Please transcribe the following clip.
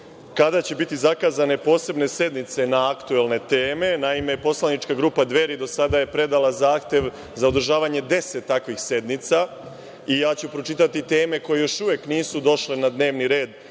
kada će biti zakazane posebne sednice na aktuelne teme. Naime, poslanička grupa Dveri do sada je predala zahtev za održavanje 10 takvih sednica i ja ću pročitati teme koje još uvek nisu došle na dnevni red